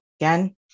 Again